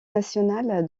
nacional